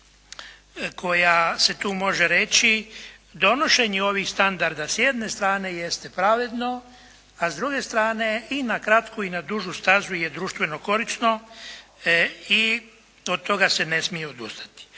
koja se tu može reći donošenje ovih standarda s jedne strane jest pravedno, a s druge strane i na kratku i na dugu stazu je društveno korisno i od toga se ne smije odustati.